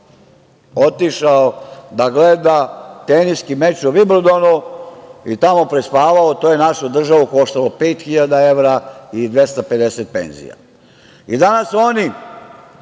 otišao da gleda teniski meč u Vimbldonu i tamo prespavao, to je našu državu koštalo 5.000 evra ili 250 penzija.I danas oni